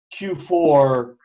Q4